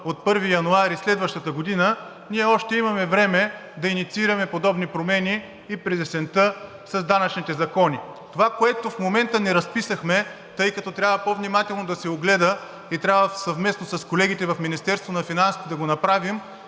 от 1 януари следващата година, ние още имаме време да инициираме подобни промени и през есента с данъчните закони. Това, което в момента не разписахме, тъй като трябва по внимателно да се огледа и съвместно с колегите в Министерството на финансите трябва да го направим,